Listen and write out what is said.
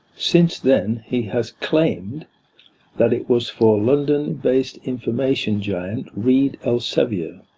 since then he has claimed that it was for london based information giant reed elsevier,